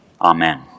Amen